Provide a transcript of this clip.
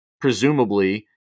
presumably